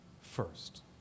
first